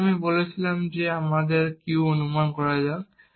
তারপর আমরা বলেছিলাম আমাদের q অনুমান করা যাক